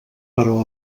però